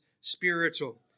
spiritual